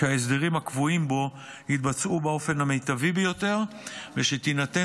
שההסדרים הקבועים בו יתבצעו באופן המיטבי ביותר ושתינתן